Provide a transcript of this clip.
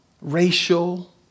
racial